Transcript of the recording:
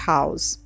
House